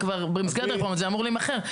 במסגרת הרפורמה זה אמור להימכר.